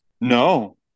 No